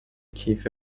کیف